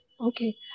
Okay